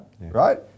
right